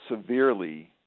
severely